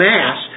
Mass